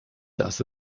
das